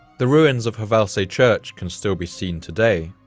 the ruins of hvalsey church can still be seen today,